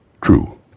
True